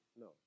No